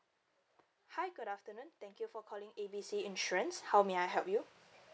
hi good afternoon thank you for calling A B C insurance how may I help you